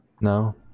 no